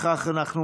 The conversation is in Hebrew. בהתחלה.